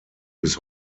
bis